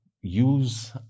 use